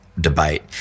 debate